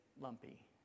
lumpy